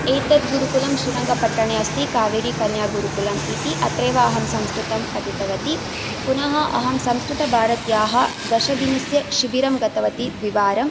एतद्गुरुकुलं श्रीरङ्गपट्टणे अस्ति कावेरी कन्या गुरुकुलम् इति अत्रैव अहं संस्कृतं पठितवती पुनः अहं संस्कृतभारत्याः दशदिनस्य शिबिरं गतवती द्विवारम्